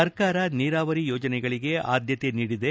ಸರ್ಕಾರ ನೀರಾವರಿ ಯೋಜನೆಗಳಗ ಆದ್ದತೆ ನೀಡಿದೆ